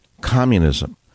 communism